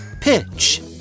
pitch